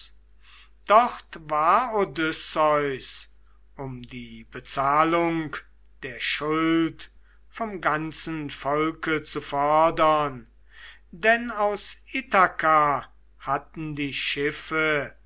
dort war odysseus um die bezahlung der schuld vom ganzen volke zu fordern denn aus ithaka hatten die schiffe